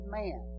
man